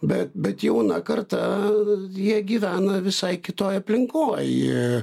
bet bet jauna karta jie gyvena visai kitoj aplinkoj